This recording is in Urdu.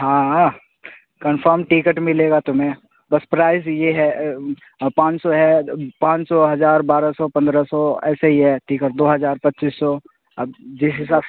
ہاں کنفرم ٹکٹ ملے گا تمہیں بس پرائز یہ ہے پانچ سو ہے پانچ سو ہزار بارہ سو پندرہ سو ایسے ہی ہے ٹکٹ دو ہزار پچیس سو اب جس حساب